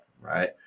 right